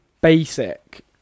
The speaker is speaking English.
basic